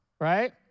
right